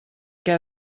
què